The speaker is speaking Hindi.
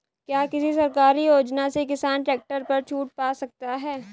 क्या किसी सरकारी योजना से किसान ट्रैक्टर पर छूट पा सकता है?